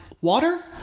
water